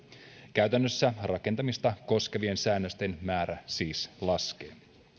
käytännössä rakentamista koskevien säännösten määrä siis laskee